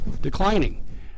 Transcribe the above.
declining